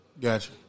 Gotcha